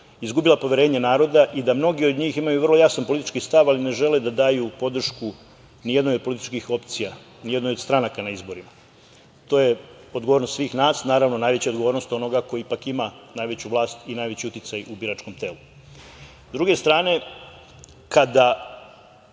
izgubila poverenje naroda i da mnogi od njih imaju vrlo jasan politički stav, ali ne žele da daju podršku nijednoj od političkih opcija, nijednoj od stranaka na izborima. To je odgovornost svih nas, naravno, najveća odgovornost onoga koji ipak ima najveću vlast i najveći uticaj u biračkom telu. Sa